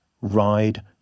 ride